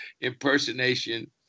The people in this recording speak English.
impersonation